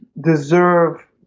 deserve